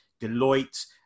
Deloitte